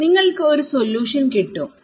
നിങ്ങൾക്ക് ഒരു സൊല്യൂഷൻകിട്ടും